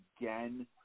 again